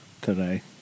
today